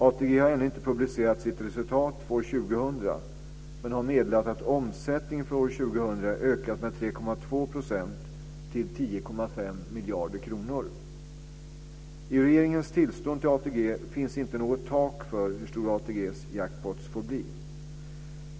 ATG har ännu inte publicerat sitt resultat för år 2000 men har meddelat att omsättningen för år 2000 ökat med I regeringens tillstånd till ATG finns inte något tak för hur stora ATG:s jackpotter får bli.